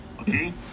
okay